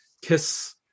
kiss